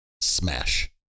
Smash